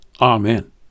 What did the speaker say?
Amen